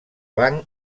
banc